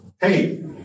hey